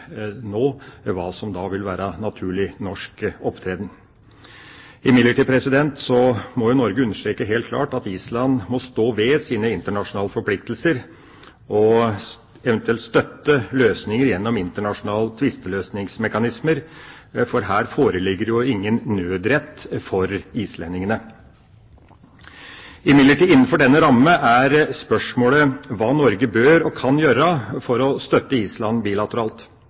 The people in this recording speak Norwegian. nå hva som da vil være naturlig norsk opptreden. Imidlertid må Norge understreke helt klart at Island må stå ved sine internasjonale forpliktelser og eventuelt støtte løsninger gjennom internasjonale tvisteløsningsmekanismer, for her foreligger det jo ingen nødrett for islendingene. Innenfor denne ramme er imidlertid spørsmålet hva Norge bør og kan gjøre for å støtte Island bilateralt.